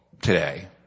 today